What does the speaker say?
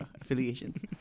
affiliations